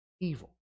evil